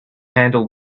handle